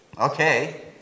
Okay